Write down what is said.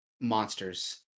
monsters